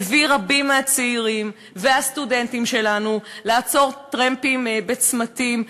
מביאה רבים מהצעירים והסטודנטים שלנו לעצור טרמפים בצמתים,